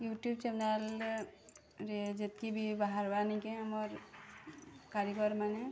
YouTube ଚ୍ୟାନେଲ୍ରେ ଯେତ୍କି ବି ବାହାରୁ ଆନି କି ଆମର୍ କାରିଗର୍ମାନେ